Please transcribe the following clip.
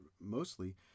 mostly